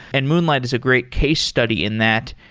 and moonlight is a great case study in that.